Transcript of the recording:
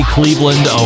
Cleveland